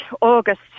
August